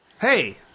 Hey